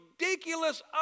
ridiculous